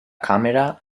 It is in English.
camera